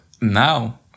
Now